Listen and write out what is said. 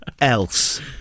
else